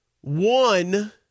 one